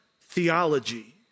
theology